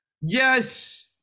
Yes